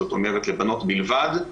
זאת אומרת לבנות בלבד.